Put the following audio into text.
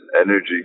energy